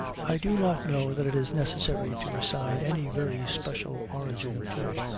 i do not know that it is necessary to assign any very special origin to it,